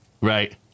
Right